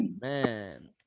Man